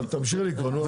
כבוד היושב ראש,